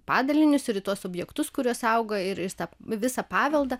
padalinius ir į tuos objektus kuriuos saugo ir jis tą visą paveldą